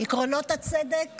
עקרונות הצדק